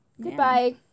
goodbye